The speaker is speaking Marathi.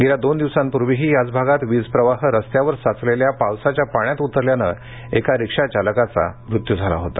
गेल्या दोन दिवसांपूर्वीही याच भागात वीज प्रवाह रस्त्यावर साचलेल्या पावसाच्या पाण्यात उतरल्याने का रिक्षा चालकाचा मृत्यू झाला होता